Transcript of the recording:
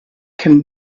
can